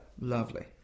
Lovely